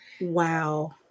Wow